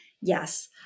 Yes